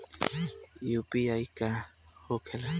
UPI का होखेला?